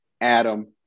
Adam